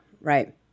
Right